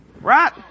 Right